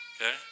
Okay